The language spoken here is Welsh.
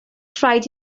rhaid